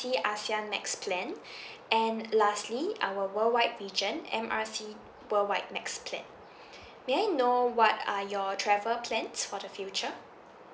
C ASEAN max plan and lastly our worldwide region M R C worldwide max plan may I know what are your travel plans for the future